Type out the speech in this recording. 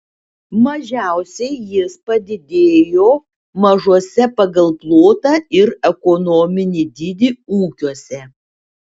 mažiausiai jis padidėjo mažuose pagal plotą ir ekonominį dydį ūkiuose